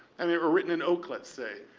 i mean or written in oak, let's say.